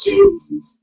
Jesus